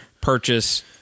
purchase